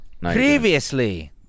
Previously